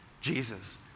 Jesus